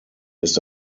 ist